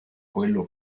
quello